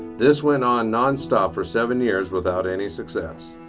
this went on non-stop for seven years without any success.